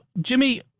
Jimmy